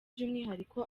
by’umwihariko